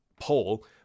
poll